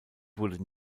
wurde